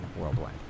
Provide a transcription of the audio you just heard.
worldwide